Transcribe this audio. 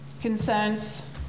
concerns